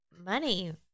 money